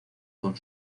con